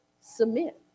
submit